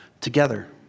together